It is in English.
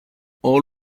all